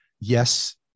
yes